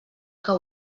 que